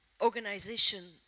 organization